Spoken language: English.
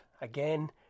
again